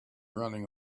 running